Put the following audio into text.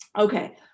Okay